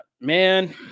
man